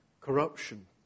Corruption